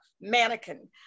mannequin